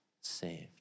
saved